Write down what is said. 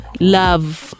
love